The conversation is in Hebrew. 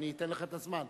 אני אתן לך את הזמן,